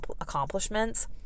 accomplishments